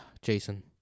Jason